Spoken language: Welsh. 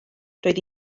roedd